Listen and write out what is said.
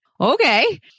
Okay